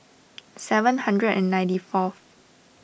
seven hundred and ninety fourth